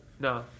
no